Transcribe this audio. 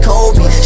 Kobe